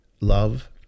love